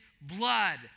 blood